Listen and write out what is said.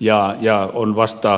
ja joka on vasta nähtävissä